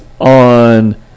on